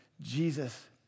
Jesus